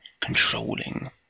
Controlling